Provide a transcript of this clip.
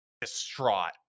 distraught